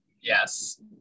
Yes